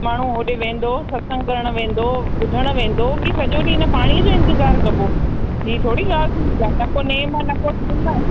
माण्हू होॾे वेंदो सत्संगु करणु वेंदो ॿुधणु वेंदो की सॼो ॾींहुं हिन पाणीअ जो इंतिजारु कबो ही थोरी ॻाल्हि थींदी आहे न को नेम आहे न को टेम आहे